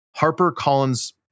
HarperCollins